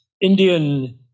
Indian